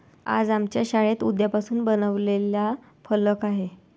आज आमच्या शाळेत उसापासून बनवलेला फलक आहे